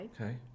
Okay